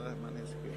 תמר זנדברג,